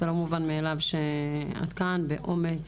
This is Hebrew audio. זה לא מובן מאליו שאת כאן באומץ,